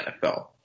NFL